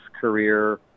career